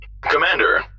Commander